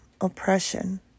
oppression